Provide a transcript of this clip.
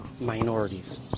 Minorities